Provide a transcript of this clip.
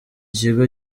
kigo